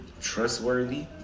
trustworthy